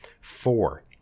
Four